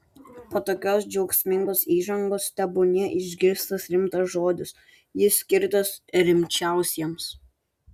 po tokios džiaugsmingos įžangos tebūnie išgirstas rimtas žodis jis skirtas rimčiausiems